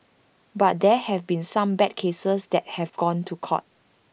but there have been some bad cases that have gone to court